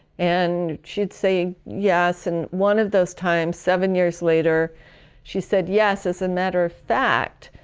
and she'd say yes. and one of those times seven years later she said yes. as a matter of fact